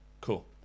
Cool